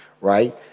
right